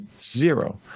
zero